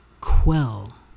quell